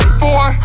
four